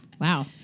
Wow